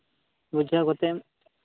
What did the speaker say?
ᱵᱩᱡᱷᱟᱹᱣ ᱠᱟᱛᱮᱫ